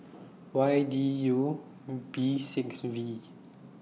Y D U B six V